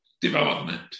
development